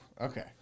okay